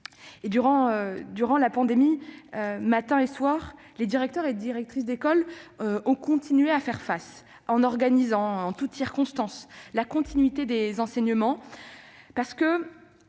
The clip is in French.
... Durant la pandémie, matin et soir, les directeurs et directrices d'école ont continué de faire face en organisant en toutes circonstances la continuité des enseignements. Si notre